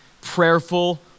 prayerful